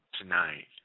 tonight